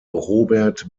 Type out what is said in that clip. robert